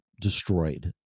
destroyed